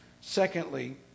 Secondly